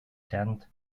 tend